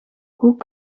hoe